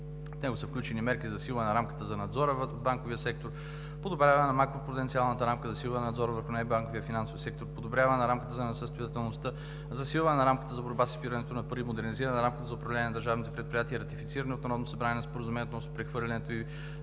него са включени мерките за засилване на рамката за надзор в банковия сектор, за подобряване на макропруденциалната рамка и засилване на надзора върху нея и банковия финансов сектор, подобряване на рамката за несъстоятелността, засилване на рамката за борба с изпирането на пари, модернизиране на рамката за управление на държавните предприятия, ратифициране от Народното събрание на Споразумението относно прехвърлянето и